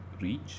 reach